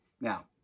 Now